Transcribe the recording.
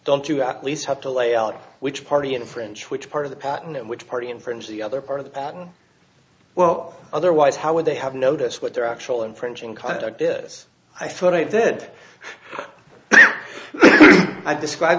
don't you at least have to lay out which party in french which part of the patent and which party infringe the other part of the patent well otherwise how would they have noticed what their actual infringing conduct is i thought i did i describe